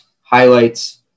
highlights